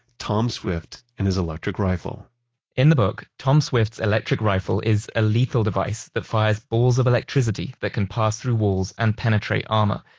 tom swift and his electric rifle in the book, tom swift's electric rifle is a lethal device that fires balls of electricity that can pass through walls and penetrate armor.